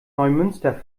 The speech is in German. neumünster